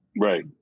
right